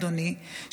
אדוני,